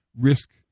risk